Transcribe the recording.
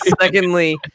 Secondly